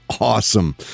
awesome